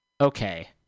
Okay